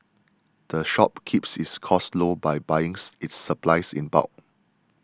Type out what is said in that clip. the shop keeps its costs low by buying its supplies in bulk